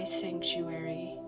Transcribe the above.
sanctuary